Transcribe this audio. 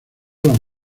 los